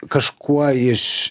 kažkuo iš